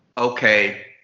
okay.